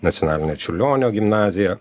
nacionalinę čiurlionio gimnaziją